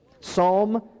Psalm